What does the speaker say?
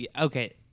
Okay